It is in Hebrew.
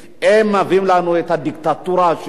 הם מביאים לנו את הדיקטטורה השיפוטית.